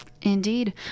Indeed